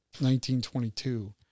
1922